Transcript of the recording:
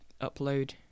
upload